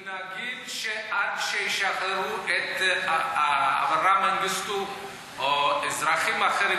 אם נגיד שעד שישחררו את אברה מנגיסטו או אזרחים אחרים